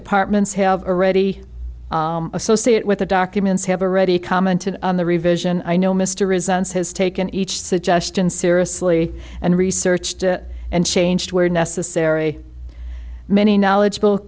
departments have already associate with the documents have already commented on the revision i know mr resents has taken each suggestion seriously and researched and changed where necessary many knowledgeable